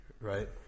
right